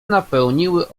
napełniły